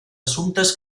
assumptes